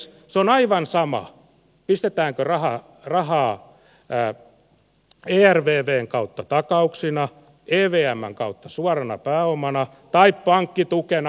se on aivan sama pistetäänkö rahaa ervvn kautta takauksina evmn kautta suorana pääomana tai pankkitukena